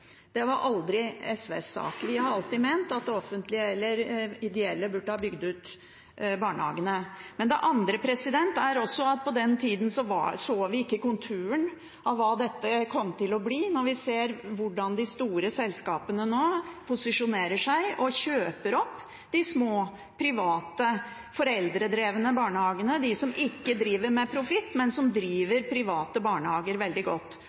Det var aldri SVs sak. Vi har alltid ment at det offentlige eller de ideelle burde ha bygget ut barnehagene. Den andre grunnen er også at på den tida så vi ikke konturen av hva dette kom til å bli. Nå ser vi hvordan de store selskapene posisjonerer seg og kjøper opp de små, private, foreldredrevne barnehagene, de som ikke driver med profitt, men som driver private barnehager veldig godt.